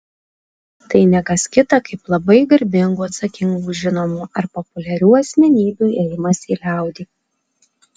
tai ne kas kita kaip labai garbingų atsakingų žinomų ar populiarių asmenybių ėjimas į liaudį